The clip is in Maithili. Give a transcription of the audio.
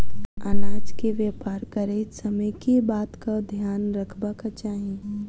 अनाज केँ व्यापार करैत समय केँ बातक ध्यान रखबाक चाहि?